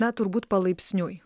na turbūt palaipsniui